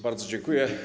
Bardzo dziękuję.